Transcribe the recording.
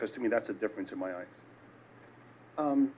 because to me that's a difference in my eyes